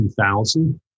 2000